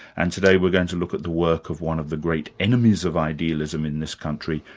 and today we're going to look at the work of one of the great enemies of idealism in this country,